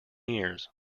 years